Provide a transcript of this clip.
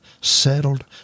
settled